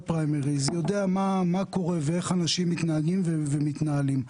פריימריז מה קורה ואיך אנשים מתנהגים ומתנהלים.